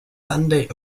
sunday